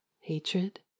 hatred